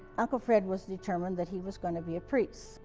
uncle fred was determined that he was going to be a priest.